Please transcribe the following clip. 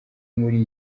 muri